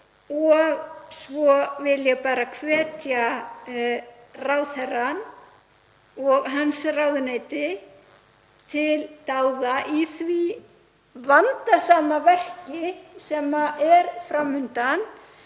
Síðan vil ég hvetja ráðherrann og hans ráðuneyti til dáða í því vandasama verki sem er fram undan